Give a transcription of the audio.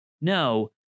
No